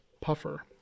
Puffer